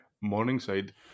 Morningside